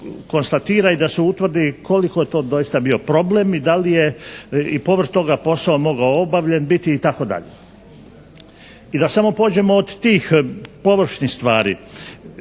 da se konstatira i da se utvrdi koliko je to doista bio problem i da li je, i povrh toga posao mogao obavljen biti itd. I da samo pođemo od tih površnih stvari.